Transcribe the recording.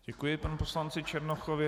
Děkuji panu poslanci Černochovi.